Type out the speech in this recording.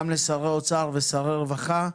גם לשרי האוצר ושרי רווחה,